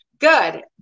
Good